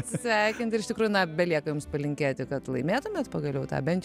atsisveikint ir iš tikrųjų na belieka jums palinkėti kad laimėtumėt pagaliau tą bent jau